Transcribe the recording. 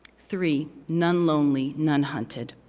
three, none lonely, none hunted.